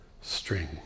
string